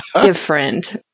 different